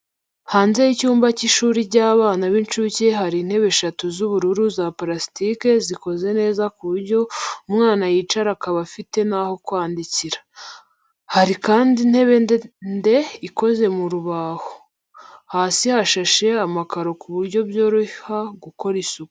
Hanze y'icyumba cy’ishuri ry'abana b’incuke hari intebe eshatu z'ubururu za purasitike zikoze neza ku buryo umwana yicara akaba afite naho kwandikira, hari kandi intebe ndende ikoze mu rubaho. Hasi hashashe amakaro ku buryo byoroha gukora isuku.